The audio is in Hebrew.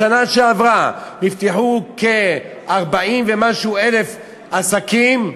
בשנה שעברה נפתחו כ-40,000 ומשהו עסקים,